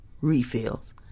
refills